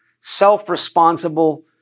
self-responsible